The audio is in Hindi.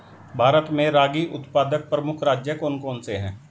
भारत में रागी उत्पादक प्रमुख राज्य कौन कौन से हैं?